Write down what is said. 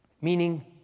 Meaning